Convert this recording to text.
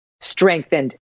strengthened